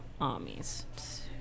armies